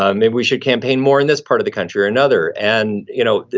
ah maybe we should campaign more in this part of the country or another. and you know,